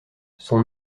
son